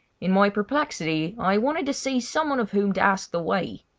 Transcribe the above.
in my perplexity i wanted to see someone of whom to ask the way,